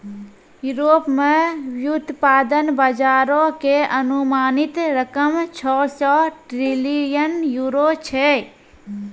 Europe मे व्युत्पादन बजारो के अनुमानित रकम छौ सौ ट्रिलियन यूरो छै